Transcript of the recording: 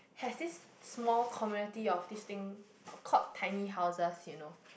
has this small community of this thing uh called tiny houses you know